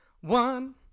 one